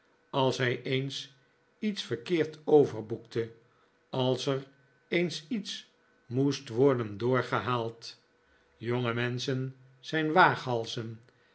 als hij eens iets verkeerd overboekte als er eens iets moest worden doorgehaald jonge menschen zijn waaghalzen